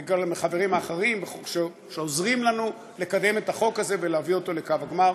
וגם לחברים האחרים שעוזרים לנו לקדם את החוק הזה ולהביא אותו לקו הגמר.